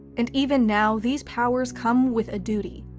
and even now these powers come with a duty,